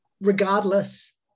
regardless